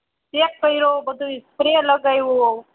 શેક કર્યો બધુંયે સ્પ્રે લગાડ્યો